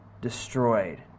destroyed